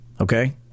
okay